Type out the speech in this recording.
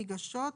מיגשות,